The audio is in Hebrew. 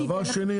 דבר שני,